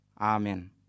Amen